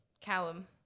Callum